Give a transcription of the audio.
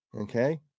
okay